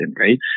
right